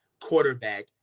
quarterback